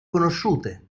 conosciute